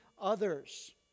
others